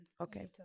Okay